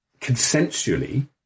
consensually